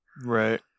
Right